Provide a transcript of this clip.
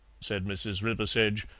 said mrs. riversedge,